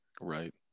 Right